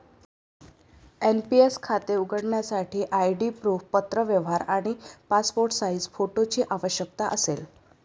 NPS खाते उघडण्यासाठी ID proof, पत्रव्यवहार आणि पासपोर्ट साइज फोटोची आवश्यकता असेल